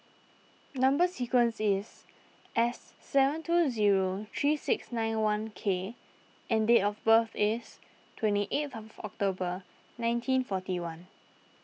Number Sequence is S seven two zero three six nine one K and date of birth is twenty eighth of October nineteen forty one